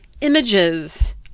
images